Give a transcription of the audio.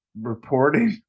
reporting